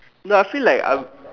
no I feel like I'll